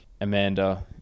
Amanda